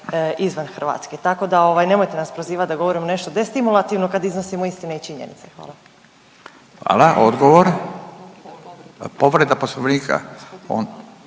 izvan Hrvatske. Tako da ovaj nemojte nas prozivati da govorimo nešto destimulativno kad iznosimo istine i činjenice. Hvala. **Radin, Furio (Nezavisni)**